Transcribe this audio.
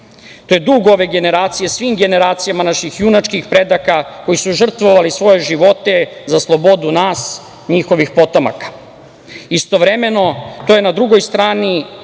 To je dug ove generacije svim generacijama naših junačkih predaka koji su žrtvovali svoje živote za slobodu nas, njihovih potomaka. Istovremeno, to je na drugoj strani